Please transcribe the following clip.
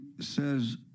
says